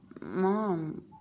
Mom